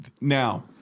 Now